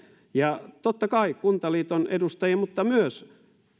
ja totta kai kuntaliiton edustajia mutta myös